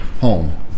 home